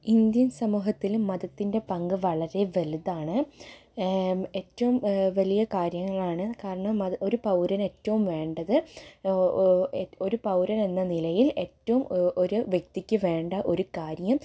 Indian സമൂഹത്തിൽ മതത്തിൻ്റെ പങ്ക് വളരെ വലുതാണ് ഏറ്റവും വലിയ കാര്യങ്ങളാണ് കാരണം ഒരു പൗരന് ഏറ്റവും വേണ്ടത് ഒരു പൗരൻ എന്ന നിലയിൽ ഏറ്റവും ഒരു വ്യക്തിക്ക് വേണ്ട ഒരു കാര്യം